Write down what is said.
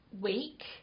week